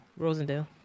Rosendale